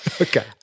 Okay